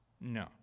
No